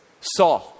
saw